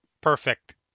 Perfect